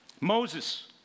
Moses